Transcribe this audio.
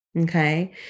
Okay